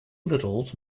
littles